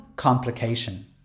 complication